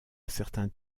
certains